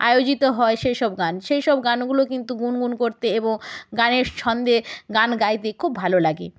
আয়োজিত হয় সেই সব গান সেই সব গানগুলো কিন্তু গুনগুন করতে এবং গানের ছন্দে গান গাইতে খুব ভালো লাগে